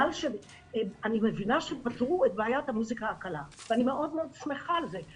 אני מבינה שפתרו את בעיית המוסיקה הקלה ואני מאוד שמחה על זה.